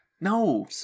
No